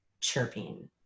chirping